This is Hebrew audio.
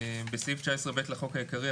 בסעיף 19(ב) לחוק העיקרי,